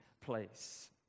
place